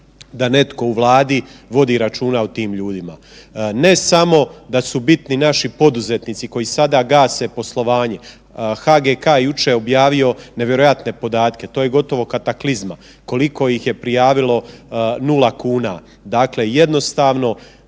da netko u Vladi vodi računa o tim ljudima. Ne samo da su bitni naši poduzetnici koji sada gase poslovanje. HGK je jučer objavio nevjerojatne podatke, to je gotovo kataklizma koliko ih je prijavilo nula kuna. Dakle jednostavno